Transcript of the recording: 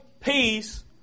peace